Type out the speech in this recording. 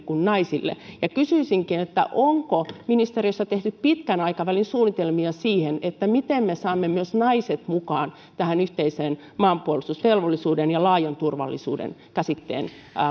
naisille kuin miehille kysyisinkin onko ministeriössä tehty pitkän aikavälin suunnitelmia siihen miten me saamme myös naiset mukaan tähän yhteiseen maanpuolustusvelvollisuuteen ja laajan turvallisuuden käsitteen